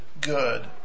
good